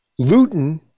lutein